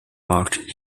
locked